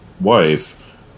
wife